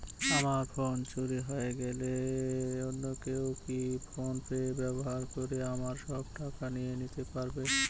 আমার ফোন চুরি হয়ে গেলে অন্য কেউ কি ফোন পে ব্যবহার করে আমার সব টাকা নিয়ে নিতে পারবে?